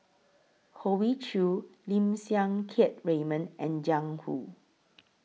Hoey Choo Lim Siang Keat Raymond and Jiang Hu